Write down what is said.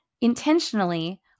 intentionally